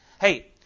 Hey